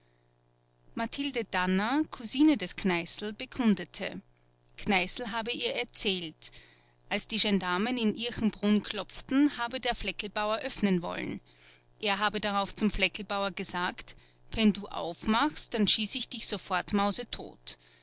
mathilde danner kusine des kneißl bekundete kneißl habe ihr erzählt als die gendarmen in irchenbrunn klopften habe der flecklbauer öffnen wollen er habe darauf zum flecklbauer gesagt wenn du aufmachst dann schieße ich dich sofort mausetot